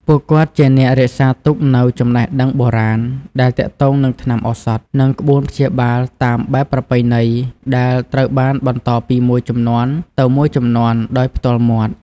ពួកគាត់ជាអ្នករក្សាទុកនូវចំណេះដឹងបុរាណដែលទាក់ទងនឹងថ្នាំឱសថ និងក្បួនព្យាបាលតាមបែបប្រពៃណី ដែលត្រូវបានបន្តពីមួយជំនាន់ទៅមួយជំនាន់ដោយផ្ទាល់មាត់។